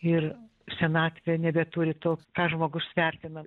ir senatvė nebeturi to ką žmogus vertina